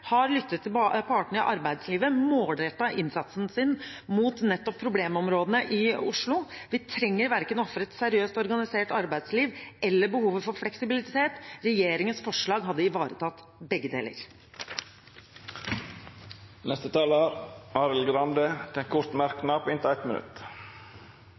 har lyttet til partene i arbeidslivet og målrettet innsatsen sin mot nettopp problemområdene i Oslo. Vi trenger verken ofre et seriøst, organisert arbeidsliv eller behovet for fleksibilitet. Regjeringens forslag hadde ivaretatt begge deler. Representanten Arild Grande har hatt ordet to gonger tidlegare og får ordet til ein kort